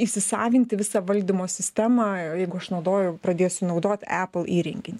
įsisavinti visą valdymo sistemą jeigu aš naudoju pradėsiu naudot apple įrenginį